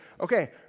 Okay